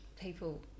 people